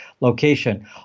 location